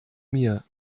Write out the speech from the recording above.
mir